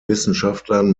wissenschaftlern